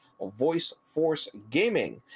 voiceforcegaming